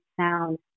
sound